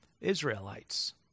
Israelites